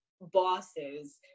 bosses